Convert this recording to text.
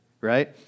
right